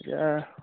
এতিয়া